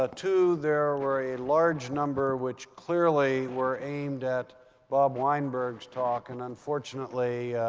ah two, there were a large number which clearly were aimed at bob weinberg's talk. and unfortunately,